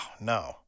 no